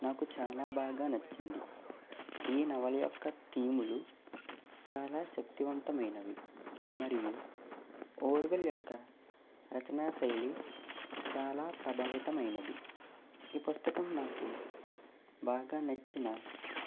నాకు చాలా బాగా నచ్చింది ఈ నవల యొక్క థీములు చాలా శక్తివంతమైనవి మరియు వోర్వల్ యొక్క రచనా శైలి చాలా ప్రభావితమైనది ఈ పుస్తకం నాకు బాగా నచ్చిన